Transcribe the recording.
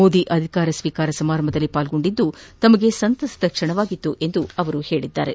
ಮೋದಿ ಅಧಿಕಾರ ಸ್ವೀಕಾರ ಸಮಾರಂಭದಲ್ಲಿ ಪಾಲ್ಗೊಂಡಿದ್ದು ಸಂತಸದ ಕ್ಷಣವಾಗಿತ್ತು ಎಂದು ಅವರು ತಿಳಿಸಿದ್ದಾರೆ